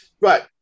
Right